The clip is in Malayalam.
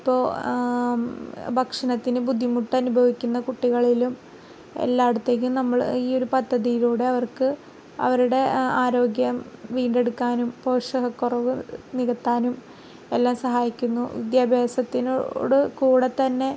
ഇപ്പോൾ ഭക്ഷണത്തിന് ബുദ്ധിമുട്ട് അനുഭവിക്കുന്ന കുട്ടികളിലും എല്ലായിടത്തേക്കും നമ്മൾ ഈ ഒരു പദ്ധതിയിലൂടെ അവർക്ക് അവരുടെ ആരോഗ്യം വീണ്ടെടുക്കാനും പോഷകക്കുറവ് നികത്താനും എല്ലാം സഹായിക്കുന്നു വിദ്യാഭ്യാസത്തിനോട് കൂടെത്തന്നെ